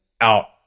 out